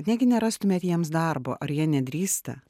negi nerastumėt jiems darbo ar jie nedrįsta